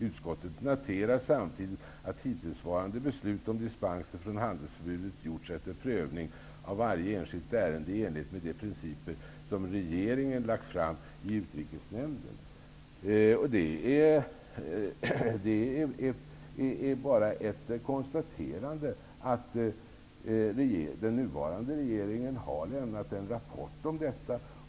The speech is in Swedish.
Utskottet noterar samtidigt att hittillsvarande beslut om dispenser från handelsförbudet gjorts efter prövning av varje enskilt ärende i enlighet med de principer som regeringen lagt fram i utrikesnämnden.'' Det är bara ett konstaterande om att den nuvarande regeringen har lämnat en rapport om detta.